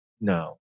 no